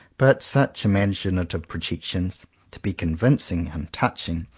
but such imaginative pro jections, to be convincing and touching,